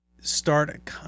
start